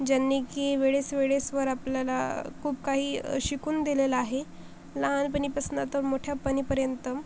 ज्यांनी की वेळेस वेळेसवर आपल्याला खूप काही शिकून दिलेलं आहे लहानपणीपासनं तर मोठ्यापणीपर्यंत